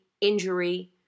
injury